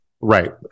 right